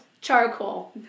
Charcoal